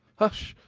hush!